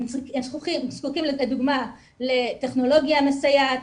הם זקוקים לדוגמה לטכנולוגיה מסייעת,